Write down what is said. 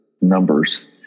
numbers